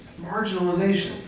Marginalization